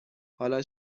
حالا